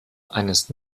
eines